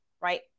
right